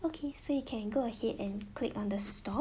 okay so you can go ahead and click on the stop